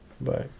Bye